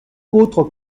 autres